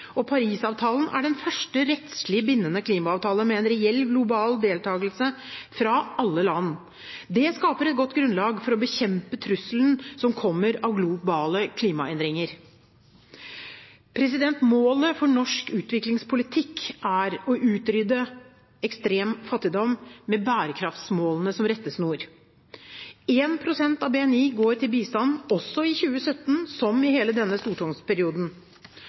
og Paris-avtalen er den første rettslig bindende klimaavtale med reell global deltakelse fra alle land. Det skaper et godt grunnlag for å bekjempe trusselen som kommer av globale klimaendringer. Målet for norsk utviklingspolitikk er å utrydde ekstrem fattigdom, med bærekraftmålene som rettesnor. Én prosent av BNI går til bistand også i 2017, som i hele denne stortingsperioden.